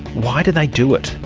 why do they do it?